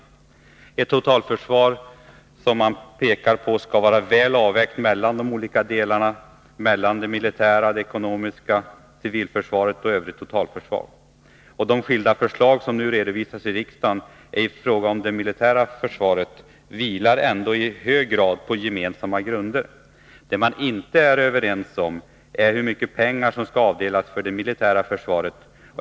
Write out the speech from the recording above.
Det är ett totalförsvar som man pekar på skall vara väl avvägt mellan de olika delarna — mellan det militära försvaret, det ekonomiska försvaret, civilförsvaret och övrigt totalförsvar. De skilda förslag som nu redovisas i riksdagen om det militära försvaret vilar ändå i hög grad på gemensamma grunder. Det man inte är överens om är hur mycket pengar som skall avdelas för det militära försvaret.